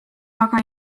aga